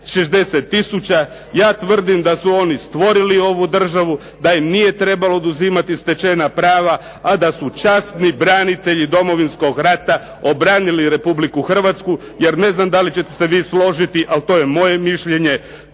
60 tisuća. Ja tvrdim da su oni stvorili ovu državu, da im nije trebalo oduzimati stečena prava, a da su časni branitelji Domovinskog rata obranili Republiku Hrvatsku, jer ne znam da li ćete se vi složiti, ali to je moje mišljenje.